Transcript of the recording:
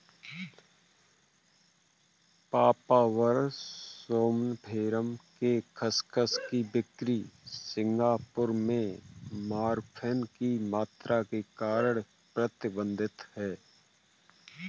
papaver somniferum के खसखस की बिक्री सिंगापुर में मॉर्फिन की मात्रा के कारण प्रतिबंधित है